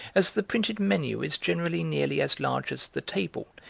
as the printed menu is generally nearly as large as the table,